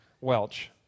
Welch